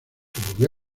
volvió